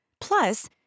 Plus